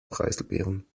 preiselbeeren